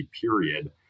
period